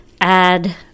add